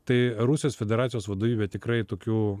tai rusijos federacijos vadovybė tikrai tokių